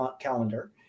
calendar